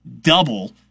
double